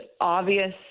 obvious